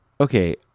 okay